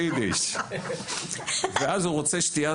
באידיש ואז הוא רוצה שתייה,